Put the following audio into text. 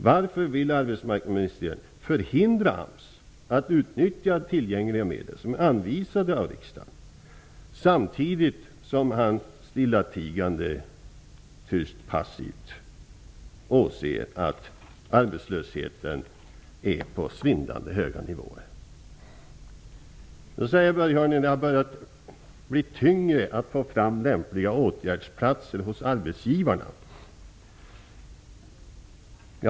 Varför vill arbetsmarknadsministern förhindra AMS från att utnyttja tillgängliga medel, som är anvisade av riksdagen, samtidigt som han stillatigande, tyst och passivt åser att arbetslösheten är på svindlande höga nivåer? Nu säger Börje Hörnlund att det har börjat gå tyngre att få fram lämpliga åtgärdsplatser hos arbetsgivarna.